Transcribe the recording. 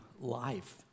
life